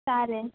चालेल